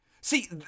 See